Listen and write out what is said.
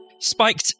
Spiked